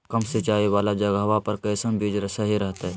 कम सिंचाई वाला जगहवा पर कैसन बीज सही रहते?